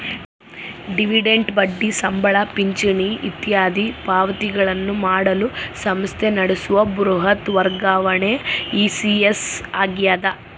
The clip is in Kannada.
ಡಿವಿಡೆಂಟ್ ಬಡ್ಡಿ ಸಂಬಳ ಪಿಂಚಣಿ ಇತ್ಯಾದಿ ಪಾವತಿಗಳನ್ನು ಮಾಡಲು ಸಂಸ್ಥೆ ನಡೆಸುವ ಬೃಹತ್ ವರ್ಗಾವಣೆ ಇ.ಸಿ.ಎಸ್ ಆಗ್ಯದ